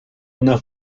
una